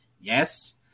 yes